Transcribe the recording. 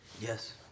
yes